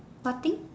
what thing